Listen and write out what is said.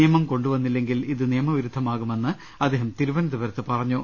നിയമം കൊണ്ടുവന്നില്ലെങ്കിൽ ഇത് നിയമവിരുദ്ധമാകുമെന്ന് അദ്ദേഹം തിരുവനന്തപുരത്ത് പറഞ്ഞു